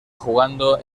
jugando